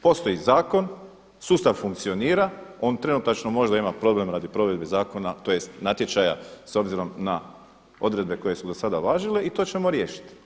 Postoji zakon, sustav funkcionira, on trenutačno možda ima problem radi provedbe zakona tj. natječaja s obzirom na odredbe koje su dosada važile i to ćemo riješiti.